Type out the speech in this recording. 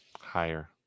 Higher